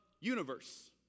universe